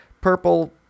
purple